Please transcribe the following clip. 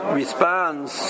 responds